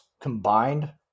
combined